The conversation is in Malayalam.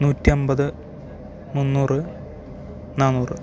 നൂറ്റമ്പത് മുന്നൂറ് നാന്നൂറ്